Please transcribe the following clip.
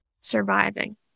Surviving